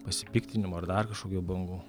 pasipiktinimo ar dar kažkokių bangų